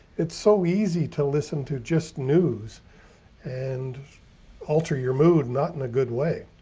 it's so easy to listen to just news and alter your mood. not in a good way.